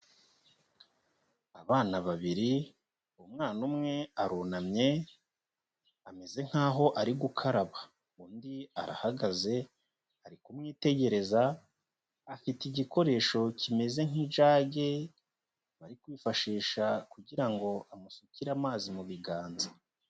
Abana babiri, umwana umwe arunamye, ameze nkaho ari gukaraba, undi arahagaze, ari kumwitegereza, afite igikoresho kimeze nk'ijage bari kwifashisha kugira ngo amusukire amazi mu biganza.